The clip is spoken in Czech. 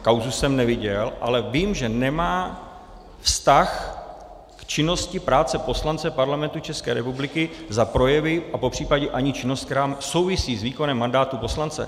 Kauzu jsem neviděl, ale vím, že nemá vztah k činnosti práce poslance Parlamentu České republiky za projevy a popřípadě ani činnost, která souvisí s výkonem mandátu poslance.